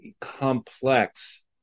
complex